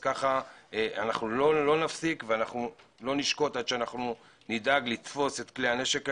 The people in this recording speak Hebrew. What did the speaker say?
אז לא נפסיק ולא נשקוט עד שנדאג לתפוס את כלי הנשק האלה,